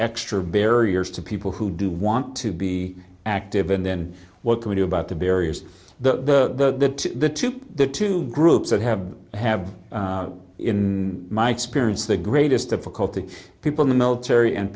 extra barriers to people who do want to be active and then what can we do about the barriers the the two the two groups that have have in my experience the greatest difficulty people in the military and